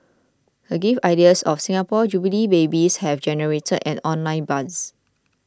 the gift ideas of Singapore Jubilee babies have generated an online buzz